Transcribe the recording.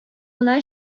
гына